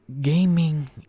gaming